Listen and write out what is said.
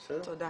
תודה.